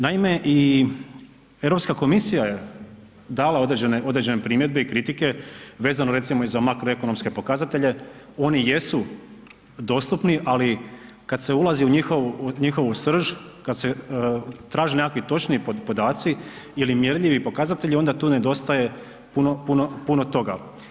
Naime i EU komisija je dala određene primjedbe i kritike vezano recimo i za makroekonomske pokazatelje, oni jesu dostupni, ali kad se ulazi u njihovu srž, kad se traže neki točniji podaci ili mjerljivi pokazatelji, onda tu nedostaje puno, puno toga.